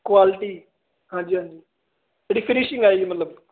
quality ਹਾਂਜੀ ਹਾਂਜੀ ਜਿਹੜੀ ਹੈ ਮਤਲਬ